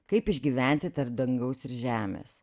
kaip išgyventi tarp dangaus ir žemės